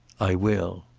i will.